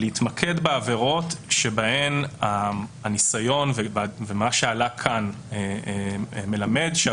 להתמקד בעבירות בהן הניסיון - ומה שעלה כאן מלמד - מראה